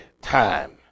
time